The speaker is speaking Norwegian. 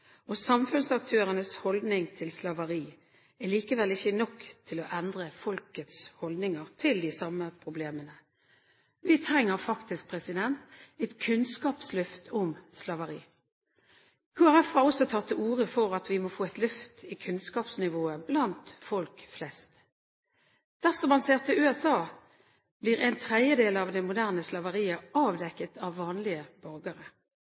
og samfunnsaktørenes holdninger til slaveri, er likevel ikke nok til å endre folkets holdninger til de samme problemene. Vi trenger faktisk et kunnskapsløft om slaveri. Kristelig Folkeparti har også tatt til orde for at vi må få et løft i kunnskapsnivået blant folk flest. Dersom man ser til USA, blir en tredjedel av det moderne slaveriet avdekket av vanlige borgere.